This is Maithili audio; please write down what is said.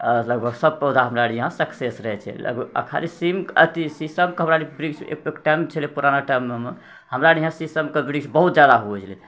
अऽ लगभग सभ पौधा हमरा इहाँ सक्सेस रहै छै लग अखन सीम अथि सीसम के हमरा रऽ बृक्ष एक टाइम छलै पुराना टाइममे हमरा रऽ इहाँ सीसम के बृक्ष बहुत जादा होइ छलै